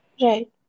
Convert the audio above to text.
Right